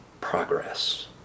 progress